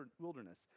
wilderness